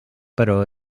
però